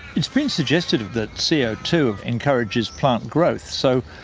it's been suggested that c o two encourages plant growth, so,